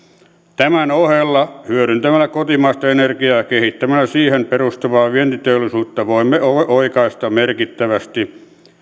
tämän ohella hyödyntämällä kotimaista energiaa ja kehittämällä siihen perustuvaa vientiteollisuutta voimme oikaista merkittävästi